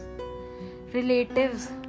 Relatives